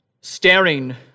staring